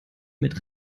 mit